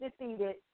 defeated